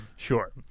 sure